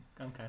Okay